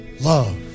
Love